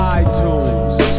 iTunes